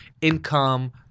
income